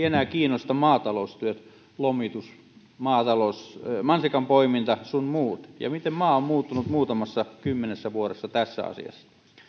enää kiinnosta maataloustyöt lomitus maatalous mansikanpoiminta sun muut ja miten maa on muuttunut muutamassa kymmenessä vuodessa tässä asiassa